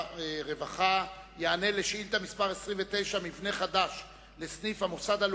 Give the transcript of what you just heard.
הודעה, ולכן נתחיל ישיר וישר בנושא השאילתות